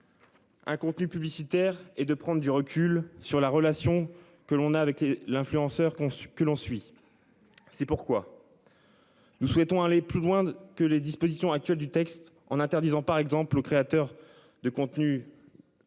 Un contenu publicitaire et de prendre du recul sur la relation que l'on a avec l'influenceur con ce que l'on suit. C'est pourquoi. Nous souhaitons aller plus loin que les dispositions actuelles du texte en interdisant par exemple aux créateurs de contenus. Adultes